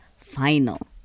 final